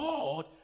God